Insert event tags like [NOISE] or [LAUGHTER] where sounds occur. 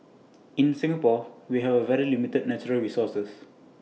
[NOISE] in Singapore we have very limited natural resources